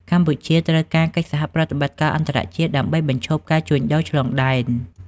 កម្ពុជាត្រូវការកិច្ចសហប្រតិបត្តិការអន្តរជាតិដើម្បីបញ្ឈប់ការជួញដូរឆ្លងដែន។